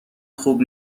خوب